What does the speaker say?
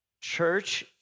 Church-